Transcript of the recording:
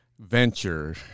Venture